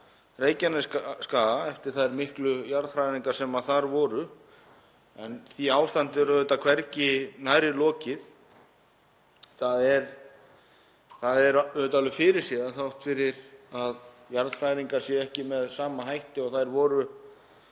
Reykjanesskaga eftir þær miklu jarðhræringar sem þar voru. Því ástandi er auðvitað hvergi nærri lokið. Það er alveg fyrirséð, þrátt fyrir að jarðhræringar séu ekki með sama hætti og þær voru